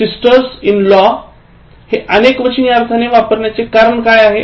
sisters in law हे अनेकवचनी अर्थाने वापरण्याचे कारण काय आहे